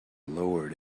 lowered